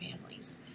families